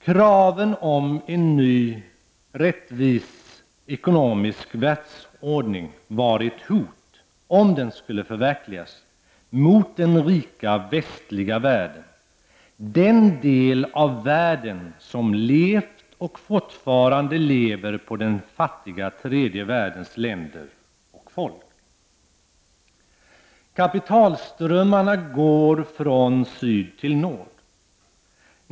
Kraven på en ny rättvis ekonomisk världsordning var ett hot — om den skulle förverkligas — mot den rika västliga världen, den del av världen som levt, och fortfarande lever, på den fattiga tredje världens länder och folk. Kapitalströmmarna går från syd till nord.